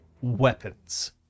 weapons